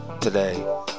today